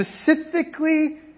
specifically